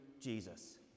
Jesus